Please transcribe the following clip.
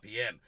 RPM